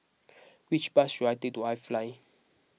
which bus should I take to iFly